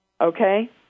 Okay